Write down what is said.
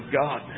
God